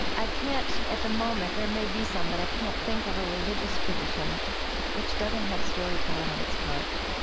like i can't at the moment there may be some, but i can't think of a religious tradition which doesn't have storytelling at its heart.